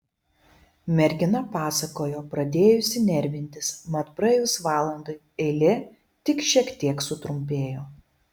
mergina pasakojo pradėjusi nervintis mat praėjus valandai eilė tik šiek tiek sutrumpėjo